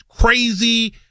crazy